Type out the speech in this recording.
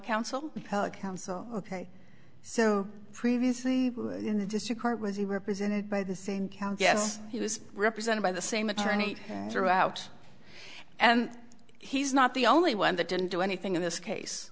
counsel ok so previously in the district court was he represented by the same count yes he was represented by the same attorney throughout and he's not the only one that didn't do anything in this case